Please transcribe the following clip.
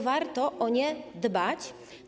Warto o nie dbać.